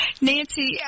Nancy